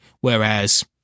Whereas